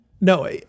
No